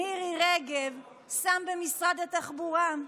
מירי רגב, שם במשרד התחבורה,